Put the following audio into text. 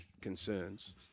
concerns